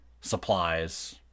supplies